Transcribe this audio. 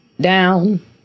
down